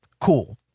Cool